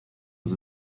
sie